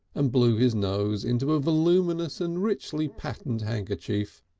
and blew his nose into a voluminous and richly patterned handkerchief,